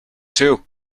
too